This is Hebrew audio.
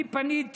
אני פניתי